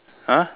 !huh!